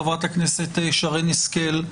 חברת הכנסת שרן השכל,